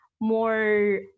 more